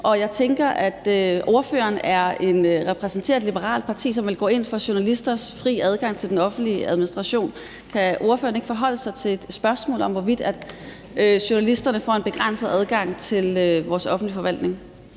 og jeg tænker, at ordføreren repræsenterer et liberalt parti, som vel går ind for journalisters fri adgang til den offentlige administration. Kan ordføreren ikke forholde sig til spørgsmålet om, hvorvidt journalisterne får en begrænset adgang til vores offentlige forvaltning?